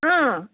ꯑꯥ